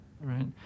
right